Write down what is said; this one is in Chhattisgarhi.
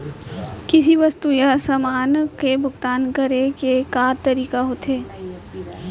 किसी वस्तु या समान के भुगतान करे के का का तरीका ह होथे?